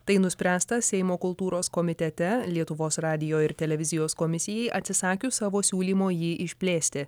tai nuspręsta seimo kultūros komitete lietuvos radijo ir televizijos komisijai atsisakius savo siūlymo jį išplėsti